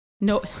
No